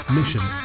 Mission